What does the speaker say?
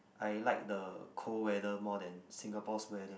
I like the cold weather more than Singapore's weather